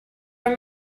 are